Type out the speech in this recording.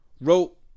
wrote